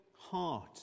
heart